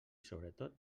sobretot